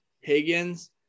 Higgins